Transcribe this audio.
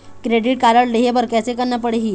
Credit card लेहे बर कैसे करना पड़ही?